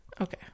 Okay